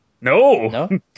No